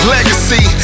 Legacy